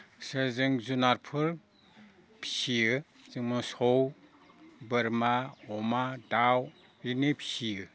आस्सा जों जुनारफोर फिसियो जे मोसौ बोरमा अमा दाउ बिदि फिसियो